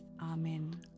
Amen